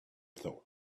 thought